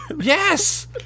Yes